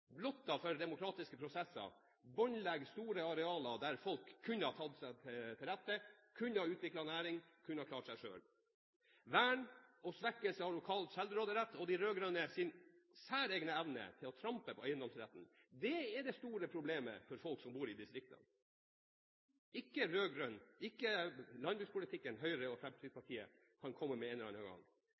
blottet for demokratiske prosesser, som båndlegger store arealer der folk kunne ha tatt seg til rette, kunne ha utviklet næring og kunne ha klart seg selv. Vern og svekkelse av lokal selvråderett og de rød-grønnes særegne evne til å trampe på eiendomsretten er det store problemet for folk som bor i distriktene – ikke landbrukspolitikken Høyre og Fremskrittspartiet kan komme med en eller annen gang.